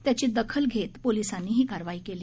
त्याची दखल घेत पोलिसांनी ही कारवाई केली